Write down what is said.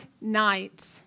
night